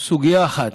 סוגיה אחת